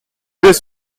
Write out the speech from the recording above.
his